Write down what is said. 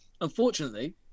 Unfortunately